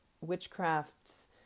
witchcraft's